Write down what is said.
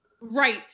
Right